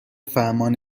فرمان